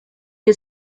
que